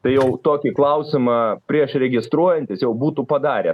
tai jau tokį klausimą prieš registruojantis jau būtų padarę